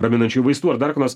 raminančių vaistų ar dar ko nors